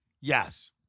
Yes